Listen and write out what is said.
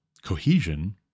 cohesion